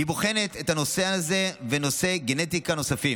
והיא בוחנת את הנושא הזה ונושאי גנטיקה נוספים.